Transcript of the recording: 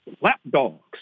lapdogs